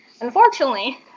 Unfortunately